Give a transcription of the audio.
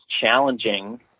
challenging